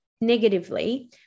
negatively